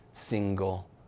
single